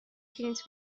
پرینت